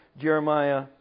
Jeremiah